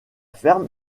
ferme